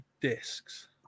discs